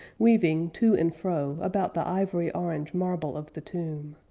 weaving to and fro about the ivory-orange marble of the tomb.